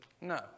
No